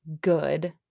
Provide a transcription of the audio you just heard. good